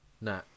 Nah